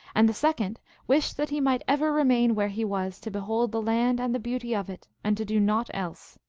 and the second wished that he might ever remain where he was to behold the land and the beauty of it, and to do naught else.